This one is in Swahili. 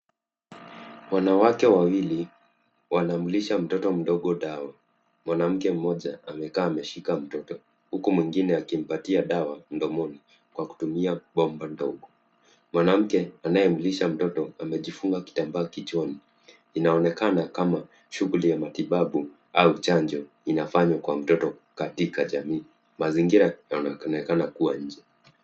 Wanawake wawili wanamlisha mtoto mdogo dawa. Mwanamke mmoja amekaa ameshika mtoto, huku mwingine akimpatia dawa mdomoni kwa kutumia bomba ndogo. Mwanamke anayemlisha mtoto amejifunga kitambaa kichwani. Inaonekana kama shughuli ya matibabu au chanjo inafanywa kwa mtoto katika jamii. Mazingira yanaonekana kuwa nje.